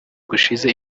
gushize